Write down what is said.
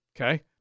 Okay